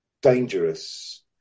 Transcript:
dangerous